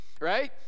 right